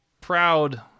proud